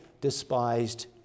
despised